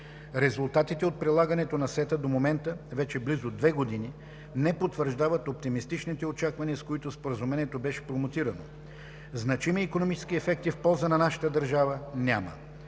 Резултатите от прилагането на СЕТА до момента – вече близо две години, не потвърждават оптимистичните очаквания, с които Споразумението беше промотирано. - Значими икономически ефекти в полза на нашата държава няма.